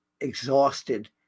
exhausted